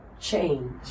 change